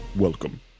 Welcome